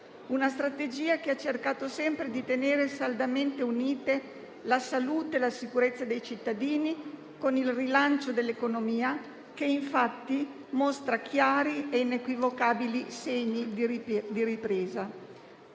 una strategia che ha cercato sempre di tenere saldamente unite la salute e la sicurezza dei cittadini, con il rilancio dell'economia, che infatti mostra chiari e inequivocabili segni di ripresa.